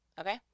okay